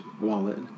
wallet